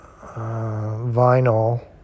vinyl